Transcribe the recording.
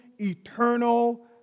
eternal